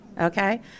okay